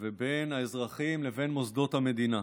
ובין האזרחים לבין מוסדות המדינה.